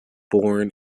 born